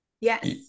yes